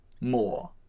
more